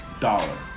dollar